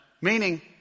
Meaning